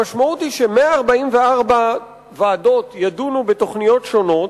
המשמעות היא ש-144 ועדות ידונו בתוכניות שונות,